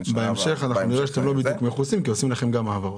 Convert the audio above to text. בהמשך אנחנו נראה שאתם לא בדיוק מכוסים כי עושים אליכם העברות.